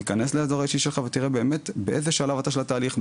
תיכנס לאזור האישי שלך ותראה באמת באיזה שלב אתה של התהליך,